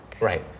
Right